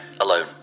alone